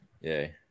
Yay